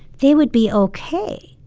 they wou ld be okay.